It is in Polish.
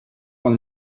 pan